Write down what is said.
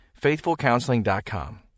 FaithfulCounseling.com